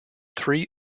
three